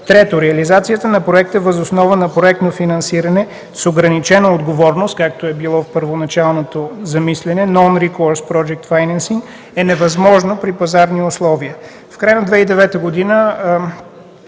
„Трето, реализацията на проекта, въз основа на проектно финансиране с ограничена отговорност” – както е било първоначалното замисляне – „Non recourse projects financingе”, невъзможно при пазарни условия. В края на 2009 г.